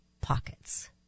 pockets